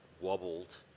wobbled